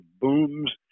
booms